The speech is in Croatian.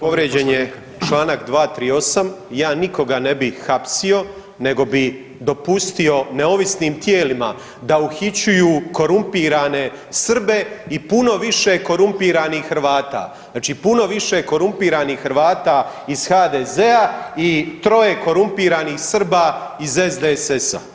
Povrijeđen je čl. 238., ja nikoga ne bih hapsio nego bi dopustio neovisnim tijelima da uhićuju korumpirane Srbe i puno više korumpiranih Hrvata, znači puno više korumpiranih Hrvata iz HDZ-a i troje korumpiranih Srba iz SDSS-a.